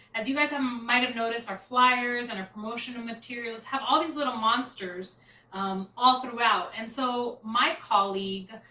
as you guys um might've noticed our flyers and our promotional materials have all these little monsters all throughout. and so my colleague,